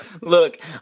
Look